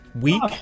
week